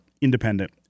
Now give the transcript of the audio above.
independent